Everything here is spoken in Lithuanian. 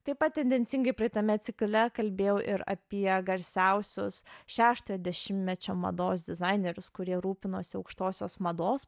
taip pat tendencingai praeitame cikle kalbėjau ir apie garsiausius šeštojo dešimtmečio mados dizainerius kurie rūpinosi aukštosios mados